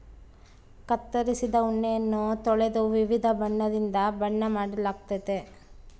ಕತ್ತರಿಸಿದ ಉಣ್ಣೆಯನ್ನ ತೊಳೆದು ವಿವಿಧ ಬಣ್ಣದಿಂದ ಬಣ್ಣ ಮಾಡಲಾಗ್ತತೆ